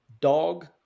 Dog